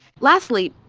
lastly,